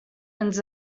ens